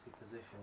position